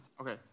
Okay